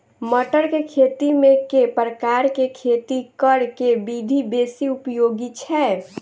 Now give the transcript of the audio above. मटर केँ खेती मे केँ प्रकार केँ खेती करऽ केँ विधि बेसी उपयोगी छै?